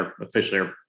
officially